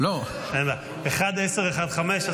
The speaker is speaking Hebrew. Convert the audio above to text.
אחד עשר, אחד חמש.